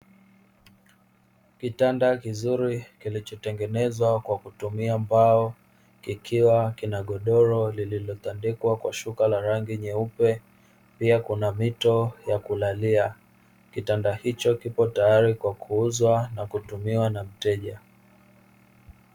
Kitanda kizuri kilichotengenezwa kwa kutumia mbao kikiwa kina godoro lililotandikwa kwa shuka la rangi nyeupe pia kuna mito ya kulalia, kitanda hicho kipo tayari kwa kuuzwa na kutumiwa na mteja.